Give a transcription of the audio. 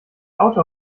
autor